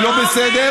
באותה משטרה כל הזמן.